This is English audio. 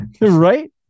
Right